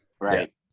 Right